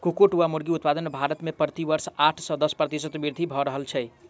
कुक्कुट वा मुर्गी उत्पादन मे भारत मे प्रति वर्ष आठ सॅ दस प्रतिशत वृद्धि भ रहल छै